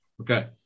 Okay